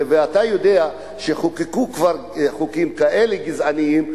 ואתה יודע שחוקקו כבר חוקים כאלה גזעניים.